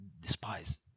despise